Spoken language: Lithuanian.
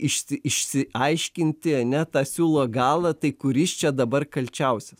išsi išsiaiškinti ane tą siūlo galą tai kuris čia dabar kalčiausias